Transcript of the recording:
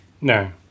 No